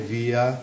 via